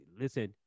Listen